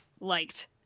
liked